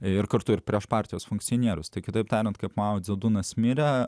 ir kartu ir prieš partijos funkcionierius kitaip tariant kaip mao dze dunas mirė